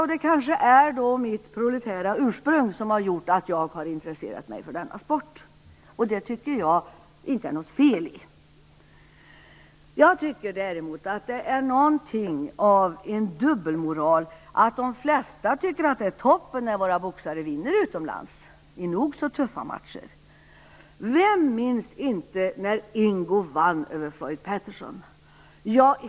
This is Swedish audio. Det är kanske mitt proletära ursprung som har gjort att jag har intresserat mig för denna sport. Och det är inget fel i det, tycker jag. För det fjärde: Det är något av en dubbelmoral att de flesta tycker att det är toppen när våra boxare vinner utomlands i tuffa matcher. Vem minns inte när Ingo vann över Floyd Patterson?